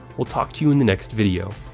we'll talk to you in the next video.